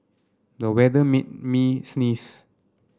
the weather made me sneeze